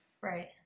right